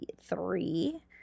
three